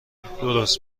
درست